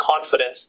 confidence